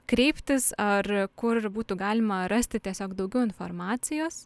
kreiptis ar kur ir būtų galima rasti tiesiog daugiau informacijos